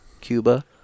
Cuba